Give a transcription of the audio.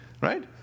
Right